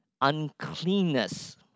uncleanness